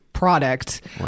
product